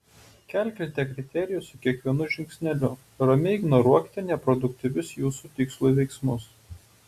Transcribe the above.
kelkite kriterijų su kiekvienu žingsneliu ramiai ignoruokite neproduktyvius jūsų tikslui veiksmus